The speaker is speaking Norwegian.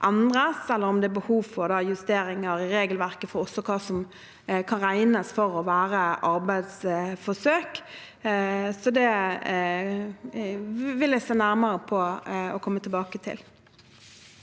eller om det er behov for justeringer i regelverket for hva som kan regnes for å være et arbeidsforsøk. Så det vil jeg se nærmere på og komme tilbake til.